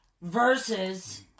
versus